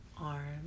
Arms